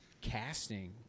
casting